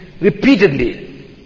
repeatedly